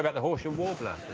but the horsham warbler,